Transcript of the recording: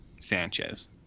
Sanchez